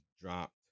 dropped